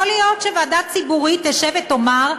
יכול להיות שוועדה ציבורית תשב ותאמר,